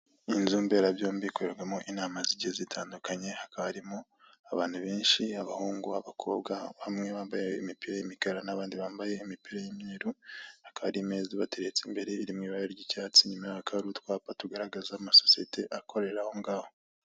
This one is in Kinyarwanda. Inzu mberabyombi ikorerwamo inama zige zitandukanye, hakaba harimo abantu benshi abahungu, abakobwa bamwe bambaye imipira y'imikara n'abandi bambaye imipira y'imyeru, hakaba hari imeza ibateretse imbere iri mu ibara ry'icyatsi inyuma yaho hakaba hari utwapa tugaragaza amasosiyete akorera aho ngaho.